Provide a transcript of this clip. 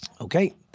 Okay